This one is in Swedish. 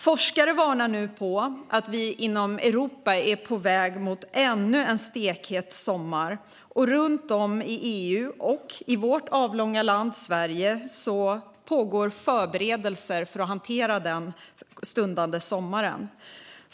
Forskare varnar nu för att Europa är på väg mot ännu en stekhet sommar, och runt om i EU och vårt avlånga land Sverige pågår förberedelser för att hantera den stundande sommaren.